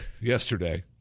yesterday